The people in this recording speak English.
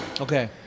Okay